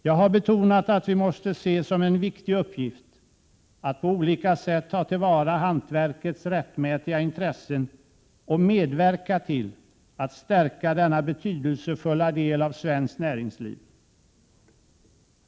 Jag har betonat att vi måste se som en viktig uppgift att på olika sätt ta till vara hantverkets rättmätiga intressen och medverka till att stärka denna betydelsefulla del av svenskt näringsliv.